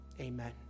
Amen